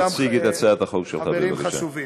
תציג את הצעת החוק שלך בבקשה.